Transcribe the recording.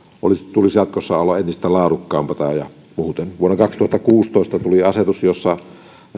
tulisi jatkossa olla entistä laadukkaampaa ja muuta vuonna kaksituhattakuusitoista tuli asetus jossa